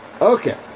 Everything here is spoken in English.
Okay